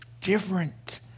different